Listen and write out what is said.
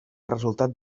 resultat